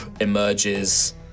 emerges